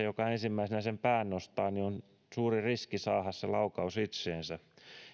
joka ensimmäisenä pään nostaa on suuri riski saada se laukaus itseensä